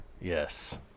Yes